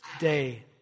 day